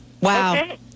Wow